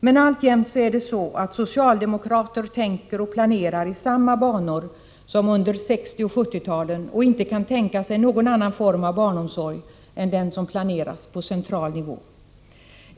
Men alltjämt är det så att socialdemokrater tänker och planerar i samma banor som under 1960 och 1970-talen och inte kan tänka sig någon annan form av barnomsorg än den som planeras på central nivå.